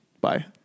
Bye